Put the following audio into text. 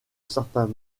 certains